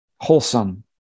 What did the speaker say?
wholesome